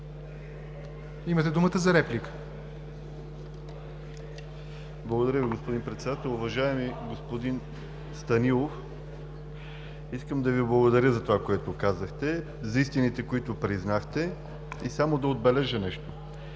Имате думата за реплика. ХАЛИЛ ЛЕТИФОВ (ДПС): Благодаря Ви, господин Председател. Уважаеми господин Станилов, искам да Ви благодаря за това, което казахте, за истините, които признахте. Само да отбележа нещо.